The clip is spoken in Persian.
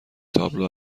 تابلو